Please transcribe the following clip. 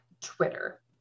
Twitter